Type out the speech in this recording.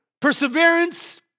Perseverance